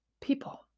people